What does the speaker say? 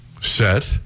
set